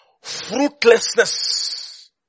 Fruitlessness